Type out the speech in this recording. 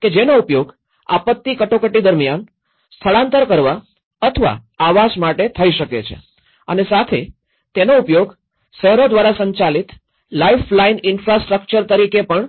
કે જેનો ઉપયોગ આપત્તિ કટોકટી દરમ્યાન સ્થળાંતર કરવા અથવા આવાસ માટે થઈ શકે છે અને સાથે તેનો ઉપયોગ શહેરો દ્વારા સંચાલિત લાઇફલાઇન ઇન્ફ્રાસ્ટ્રક્ચર તરીકે પણ થઈ શકે